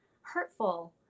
hurtful